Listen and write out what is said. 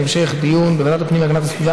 להמשך דיון בוועדת הפנים והגנת הסביבה.